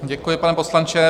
Děkuji, pane poslanče.